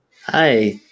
Hi